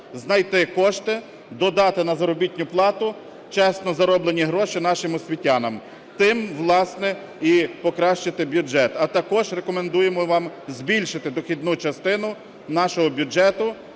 знайти кошти, додати на заробітну плату чесно зароблені гроші нашим освітянам, тим, власне, і покращити бюджет, а також рекомендуємо вам збільшити дохідну частину нашого бюджету